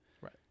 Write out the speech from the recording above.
Right